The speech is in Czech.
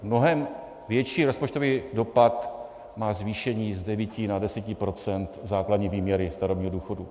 Mnohem větší rozpočtový dopad má zvýšení z 9 % na 10 % základní výměry starobního důchodu.